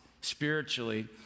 spiritually